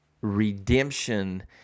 Redemption